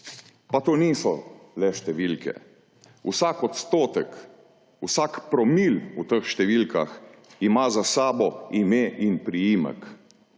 Pa to niso le številke, vsak odstotek, vsak promil v teh številkah ima za sabo ime in priimek